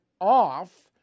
off